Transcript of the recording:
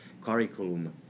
curriculum